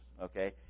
Okay